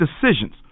decisions